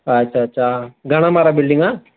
अछा अछा घणा माड़ा बिल्डिंग आहे